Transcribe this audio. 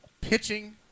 Pitching